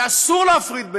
ואסור להפריד,